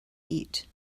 eat